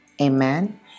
Amen